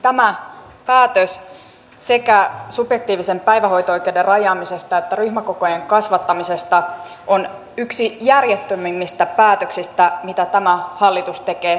tämä päätös sekä subjektiivisen päivähoito oikeuden rajaamisesta että ryhmäkokojen kasvattamisesta on yksi järjettömimmistä päätöksistä mitä tämä hallitus tekee taloudellisesti